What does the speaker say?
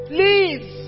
Please